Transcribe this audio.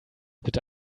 bitte